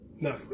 no